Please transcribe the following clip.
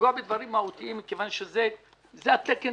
לנגוע בדברים מהותיים מכיוון שזה התקן